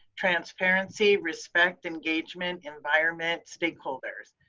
transparency, respect, engagement, environment, stakeholders,